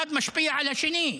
אחד משפיע על השני.